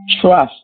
Trust